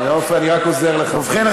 ובכן,